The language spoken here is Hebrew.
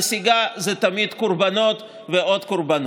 נסיגה זה תמיד קורבנות ועוד קורבנות.